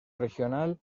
regional